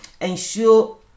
Ensure